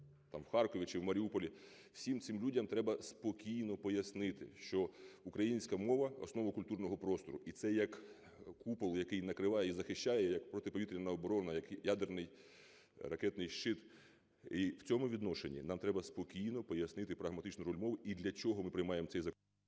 в Харкові, чи Маріуполі, всім цим людям треба спокійно пояснити, що українська мова - основа культурного простору, і це як купол, який накриває і захищає як протиповітряна оборона, як ядерний ракетний щит. І в цьому відношенні нам треба спокійно пояснити прагматичну роль мови і для чого ми приймаємо цей закон.